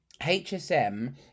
HSM